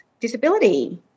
disability